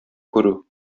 күрү